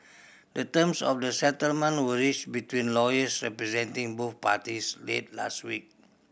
the terms of the settlement were reached between lawyers representing both parties late last week